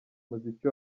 muziki